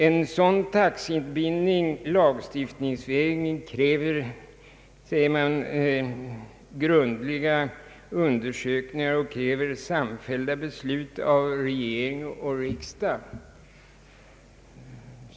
En sådan taxebindning lagstiftningsvägen kräver, säger man i denna utredning, grundliga undersökningar och samfällda beslut av regering och riksdag.